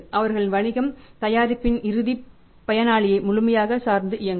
அவர்களின் வணிகம் தயாரிப்பின் இறுதி பயனாளியை முழுமையாக சார்ந்து இயங்கும்